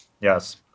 Yes